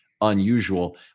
unusual